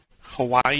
Hawaii